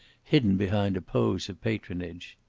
hidden behind a pose of patronage.